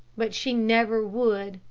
but she never would,